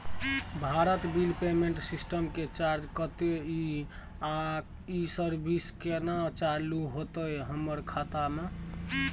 Bharat bill payment system के charge कत्ते इ आ इ सर्विस केना चालू होतै हमर खाता म?